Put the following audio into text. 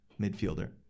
midfielder